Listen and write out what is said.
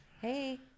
hey